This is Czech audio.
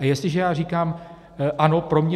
A jestliže já říkám, ano, pro mě...